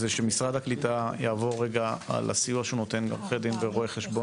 זה שמשרד הקליטה יעבור רגע על הסיוע שהוא נותן לעורכי דין ולרואי חשבון.